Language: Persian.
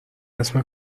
اسم